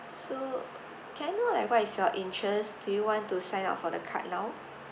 so can I know like what is your interest do you want to sign up for the card now